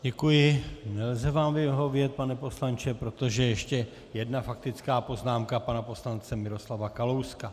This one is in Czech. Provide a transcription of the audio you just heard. Děkuji, nelze vám vyhovět, pane poslanče, protože ještě jedna faktická poznámka pana poslance Miroslava Kalouska.